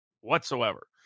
whatsoever